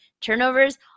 Turnovers